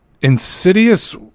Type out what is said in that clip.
insidious